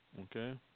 Okay